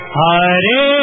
Hare